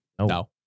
No